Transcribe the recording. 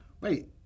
Wait